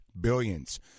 billions